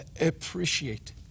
appreciate